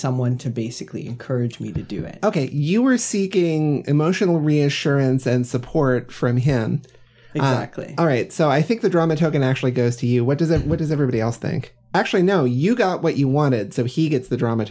someone to basically encourage me to do it ok you were seeking emotional reassurance and support from him all right so i think the drama talking actually goes to you what does that what does everybody else think actually no you got what you wanted so he gets the drama